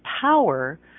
power